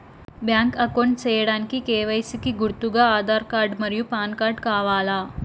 Bank account సేయడానికి KYC కి గుర్తుగా ఆధార్ కార్డ్ మరియు పాన్ కార్డ్ కావాలా?